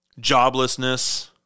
Joblessness